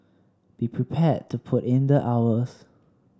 be prepared to put in the hours